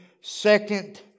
second